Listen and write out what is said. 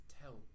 tell